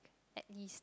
at least